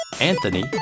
Anthony